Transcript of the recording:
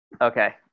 okay